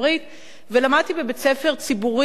ולמדתי בבית-ספר ציבורי רגיל.